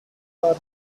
are